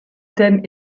thème